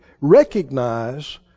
recognize